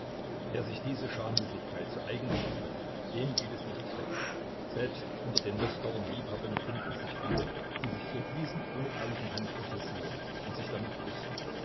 wer sich diese schamlosigkeit zu eigen gemacht hat dem geht es nicht schlecht selbst unter den moskauer liebhabern finden sich viele die sich für diesen unehrlichen handel interessieren und sich damit brüsten